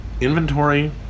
inventory